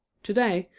today,